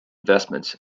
investment